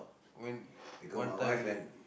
when one time only